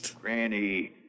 Granny